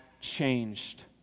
changed